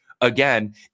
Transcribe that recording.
again